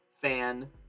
fan